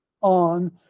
On